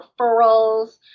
referrals